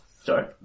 sorry